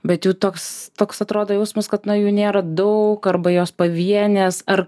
bet jų toks toks atrodo jausmas kad na jų nėra daug arba jos pavienės ar